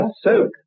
soak